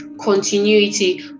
continuity